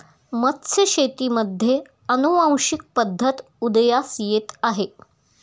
मत्स्यशेतीमध्ये अनुवांशिक पद्धत उदयास येत आहे